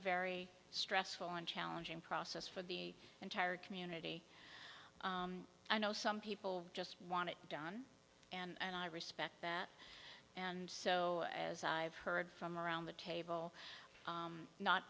very stressful and challenging process for the entire community i know some people just want it done and i respect that and so as i've heard from around the table